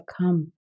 come